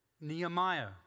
Nehemiah